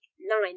nine